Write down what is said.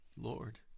Lord